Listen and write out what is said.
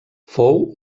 fou